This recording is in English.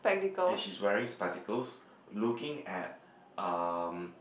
and she's wearing spectacles looking at um